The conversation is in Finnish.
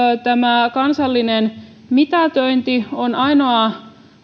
tämä kansallinen mitätöinti on ainoa